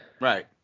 right